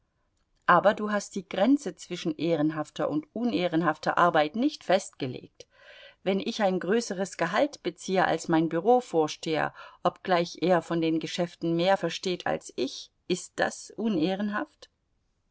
aber du hast die grenze zwischen ehrenhafter und unehrenhafter arbeit nicht festgelegt wenn ich ein größeres gehalt beziehe als mein bürovorsteher obgleich er von den geschäften mehr versteht als ich ist das